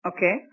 Okay